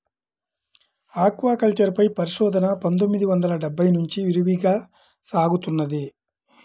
aquaculture పై పరిశోధన పందొమ్మిది వందల డెబ్బై నుంచి విరివిగా సాగుతున్నది